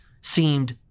seemed